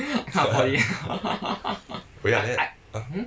oh ya oh ya !huh!